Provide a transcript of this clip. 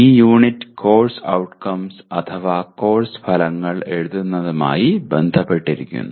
ഈ unit course outcomes അഥവാ course ഫലങ്ങൾ എഴുതുന്നതുമായി ബന്ധപ്പെട്ടിരിക്കുന്നു